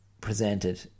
presented